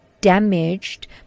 damaged